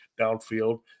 downfield